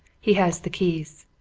he has the keys.